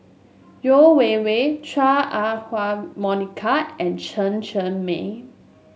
Yeo Wei Wei Chua Ah Huwa Monica and Chen Cheng Mei